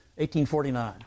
1849